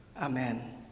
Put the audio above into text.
Amen